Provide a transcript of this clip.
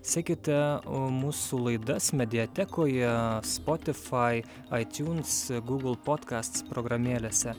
sekite o mūsų laidas mediatekoje spotifai aitiuns google podkasts programėlėse